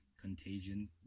contagion